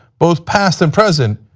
both past and present,